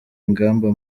ingamba